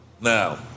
Now